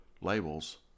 labels